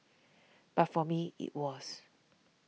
but for me it was